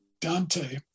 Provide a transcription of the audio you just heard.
Dante